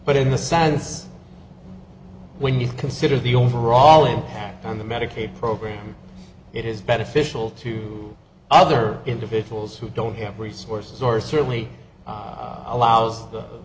but in the sadness when you consider the overall impact on the medicaid program it is beneficial to other individuals who don't have resources or certainly allows the